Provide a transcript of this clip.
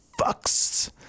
fucks